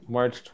March